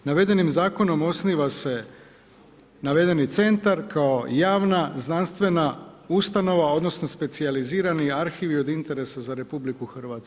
Navedenim zakonom osniva se navedeni centar kao javna, znanstvena ustanova, odnosno specijalizirani arhiv i od interesa za RH.